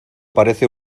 parece